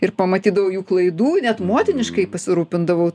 ir pamatydavau jų klaidų net motiniškai pasirūpindavau